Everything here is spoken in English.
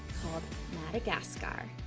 called madagascar.